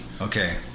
Okay